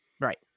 Right